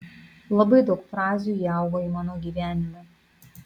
labai daug frazių įaugo į mano gyvenimą